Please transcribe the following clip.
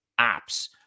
apps